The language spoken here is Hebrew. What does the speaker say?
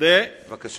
לפי מה שהוא אמר: בבקשה,